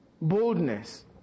Boldness